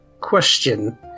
Question